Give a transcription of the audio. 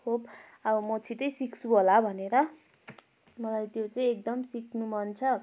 hope अब म छिट्टै सिक्छु होला भनेर मलाई त्यो चाहिँ एकदम सिक्नु मन छ